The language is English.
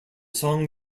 song